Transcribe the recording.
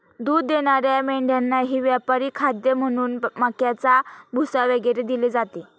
दूध देणाऱ्या मेंढ्यांनाही व्यापारी खाद्य म्हणून मक्याचा भुसा वगैरे दिले जाते